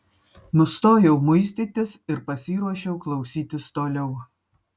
nustojau muistytis ir pasiruošiau klausytis toliau